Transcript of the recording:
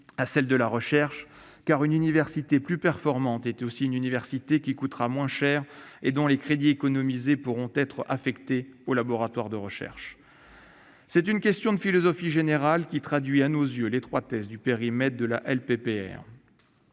à celle de la recherche, car une université plus performante est aussi une université qui coûtera moins cher et dont les crédits économisés pourront être affectés aux laboratoires de recherche. C'est une question de philosophie générale, qui traduit à nos yeux l'étroitesse du périmètre de la LPPR.